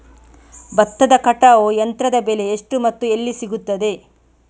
ಭತ್ತದ ಕಟಾವು ಯಂತ್ರದ ಬೆಲೆ ಎಷ್ಟು ಮತ್ತು ಎಲ್ಲಿ ಸಿಗುತ್ತದೆ?